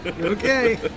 Okay